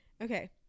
okay